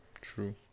True